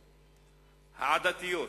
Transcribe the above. העדתיות,